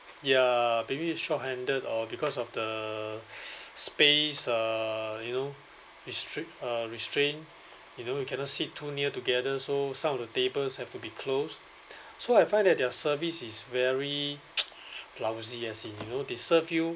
ya maybe is short-handed or because of the space uh you know restrict uh restrain you know we cannot sit too near together so some of the tables have to be close so I find that their service is very lousy as in you know they serve you